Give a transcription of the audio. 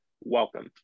welcome